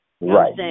Right